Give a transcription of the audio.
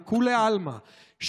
לכולי עלמא,